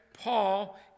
Paul